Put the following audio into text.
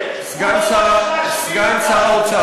סגן שר האוצר,